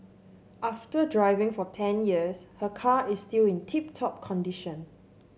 after driving for ten years her car is still in tip top condition